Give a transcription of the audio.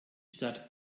stadt